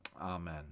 Amen